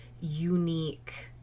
unique